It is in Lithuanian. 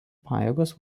pajėgos